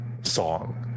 song